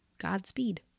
Godspeed